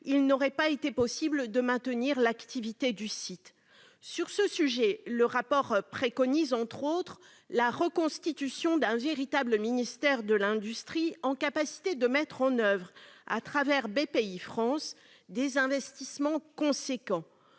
il n'aurait pas été possible de maintenir l'activité du site. Sur ce sujet, le rapport préconise, entre autres, la reconstitution d'un véritable ministère de l'industrie capable de mettre en oeuvre, à travers Bpifrance, des investissements importants.